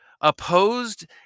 opposed